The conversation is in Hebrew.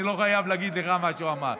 אני לא חייב להגיד לך מה שהוא אמר.